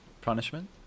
punishment